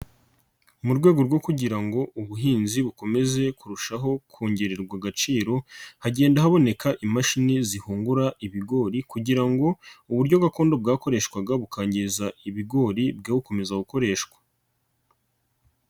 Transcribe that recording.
Mu rwego rwo kugira ngo ubuhinzi bukomeze kurushaho kongererwa agaciro, hagenda haboneka imashini zihungura ibigori kugira ngo uburyo gakondo bwakoreshwaga bukangiza ibigori bwe gukomeza gukoreshwa.